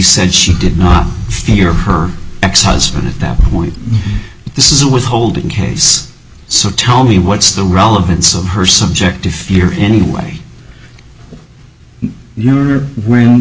said she did not hear her ex husband at that point this is a withholding case so tell me what's the relevance of her subjective theory anyway